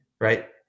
right